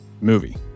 movie